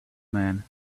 man